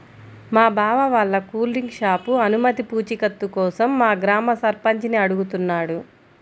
మా బావ వాళ్ళ కూల్ డ్రింక్ షాపు అనుమతి పూచీకత్తు కోసం మా గ్రామ సర్పంచిని అడుగుతున్నాడు